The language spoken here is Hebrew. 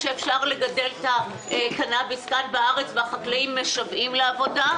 אפשר לגדל את קנאביס בארץ והחקלאים משוועים לעבודה,